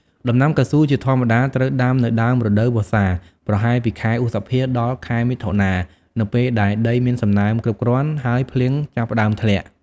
ដំណាំកៅស៊ូជាធម្មតាត្រូវដាំនៅដើមរដូវវស្សា ប្រហែលពីខែឧសភា ដល់ ខែមិថុនា នៅពេលដែលដីមានសំណើមគ្រប់គ្រាន់ ហើយភ្លៀងចាប់ផ្តើមធ្លាក់។